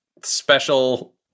special